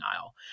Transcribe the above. aisle